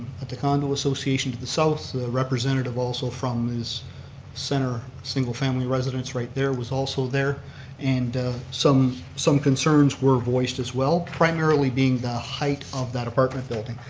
at the condo association to the south, the representative also from this center single family residence right there was also there and some some concerns were voiced as well, primarily being the height of that apartment building.